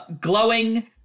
glowing